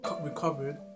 recovered